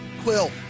Quill